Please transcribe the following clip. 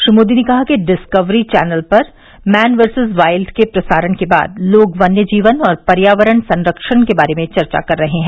श्री मोदी ने कहा कि डिस्कवरी चैनल पर मैन वर्सिस वाइल्ड के प्रसारण के बाद लोग वन्यजीवन और पर्यावरण संरक्षण के बारे में चर्चा कर रहे हैं